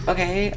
Okay